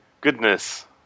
goodness